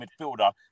midfielder